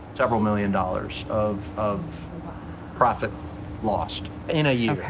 several million dollars of of profit lost, in a year.